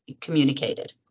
communicated